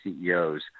CEOs